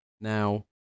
Now